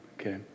Okay